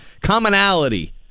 commonality